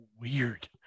weird